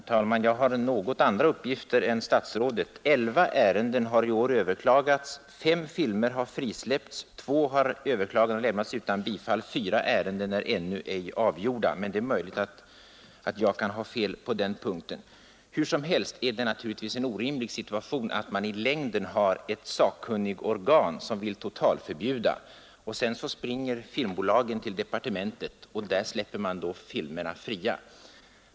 Herr talman! Jag har något andra uppgifter än statsrådet. Det är elva ärenden som i år har överklagats, och fem filmer har frisläppts. I två fall har överklagandena lämnats utan bifall och fyra ärenden är ännu ej avgjorda. Men det är möjligt att jag kan ha fel på den punkten. Hur som helst är det i längden en orimlig situation att man har ett sakkunnigorgan som vill totalförbjuda vissa filmer, varefter filmbolagen springer till departementet, där man släpper filmerna fria.